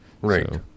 Right